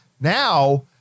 now